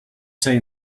say